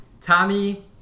Tommy